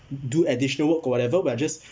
do additional work or whatever we're just